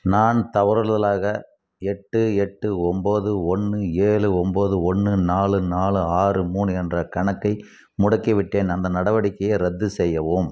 நான் தவறுதலாக எட்டு எட்டு ஒம்போது ஒன்று ஏழு ஒம்போது ஒன்று நாலு நாலு ஆறு மூணு என்ற கணக்கை முடக்கிவிட்டேன் அந்த நடவடிக்கையை ரத்து செய்யவும்